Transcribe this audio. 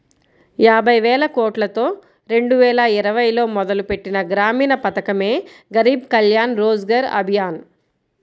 యాబైవేలకోట్లతో రెండువేల ఇరవైలో మొదలుపెట్టిన గ్రామీణ పథకమే గరీబ్ కళ్యాణ్ రోజ్గర్ అభియాన్